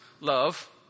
love